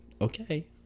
okay